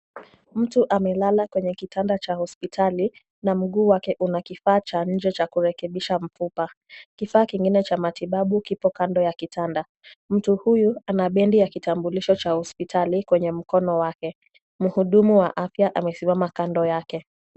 Mtu amelala kwenye kitanda cha hospitali na mguu wake una kifaa cha nje cha kurekebisha mfupa. Kifaa kingine cha matibabu kipo kando ya kitanda .Mtu huyu ana bedi ya kitambulisho cha hospitali kwenye mkono wake. Mhudumu wa afya amesimama kando yake.